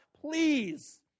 please